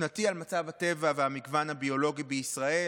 שנתי על מצב הטבע והמגוון הביולוגי בישראל,